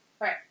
Right